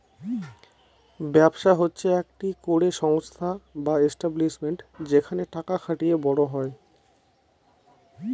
ব্যবসা হচ্ছে একটি করে সংস্থা বা এস্টাব্লিশমেন্ট যেখানে টাকা খাটিয়ে বড় হয়